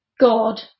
God